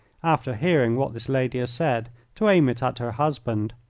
after hearing what this lady has said, to aim it at her husband.